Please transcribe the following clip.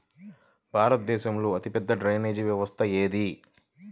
భారతదేశంలో అతిపెద్ద డ్రైనేజీ వ్యవస్థ ఏది?